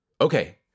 Okay